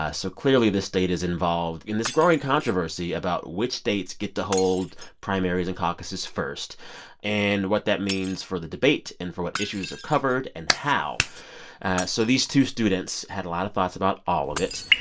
ah so clearly, this state is involved in this growing controversy about which states get to hold primaries and caucuses first and what that means for the debate and for what issues are covered and how so these two students had a lot of thoughts about all of it.